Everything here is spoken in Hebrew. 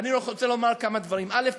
ואני רוצה לומר כמה דברים: א.